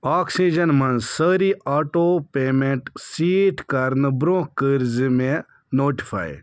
oxygen منٛز سٲری auto payment set کرنہٕ برٛۄنٛہہ کٔرۍ زِ مےٚ نوٹِفاٮے